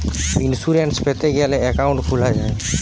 insurance পেতে গ্যালে account খুলা যায়